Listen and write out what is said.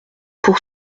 pour